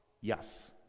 Yes